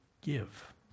give